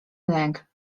lęk